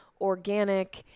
organic